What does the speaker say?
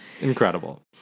Incredible